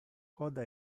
coda